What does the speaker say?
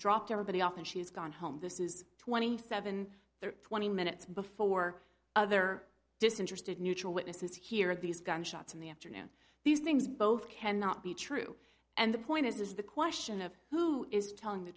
dropped everybody off and she is gone home this is twenty seven the twenty minutes before other disinterested neutral witnesses hear these gunshots in the afternoon these things both cannot be true and the point is the question of who is telling the